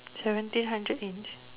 seventeen hundred inch